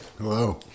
hello